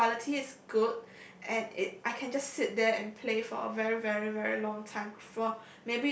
the quality is good and it I can just sit there and play for a very very very long time before